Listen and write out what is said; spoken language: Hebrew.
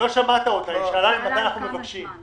גפני, לא שמעת אותה, היא שאלה מתי אנחנו מבקשים.